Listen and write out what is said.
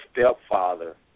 stepfather